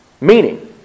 Meaning